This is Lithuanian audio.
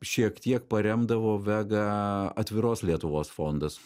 šiek tiek paremdavo vega atviros lietuvos fondas